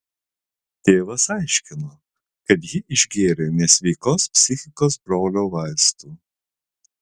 tėvas aiškino kad ji išgėrė nesveikos psichikos brolio vaistų